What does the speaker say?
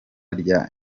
rya